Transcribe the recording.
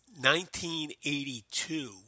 1982